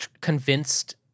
convinced